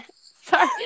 Sorry